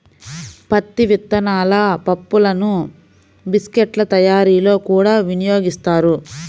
పత్తి విత్తనాల పప్పులను బిస్కెట్ల తయారీలో కూడా వినియోగిస్తారు